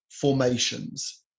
formations